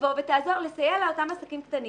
שתבוא ותעזור ותסייע לאותם עסקים קטנים